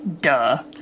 Duh